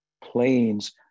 planes